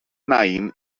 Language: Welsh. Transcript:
nain